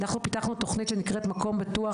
אנחנו פיתחנו תוכנית שנקראת מקום בטוח.